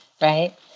Right